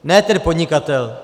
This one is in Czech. Ne ten podnikatel!